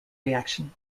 reaction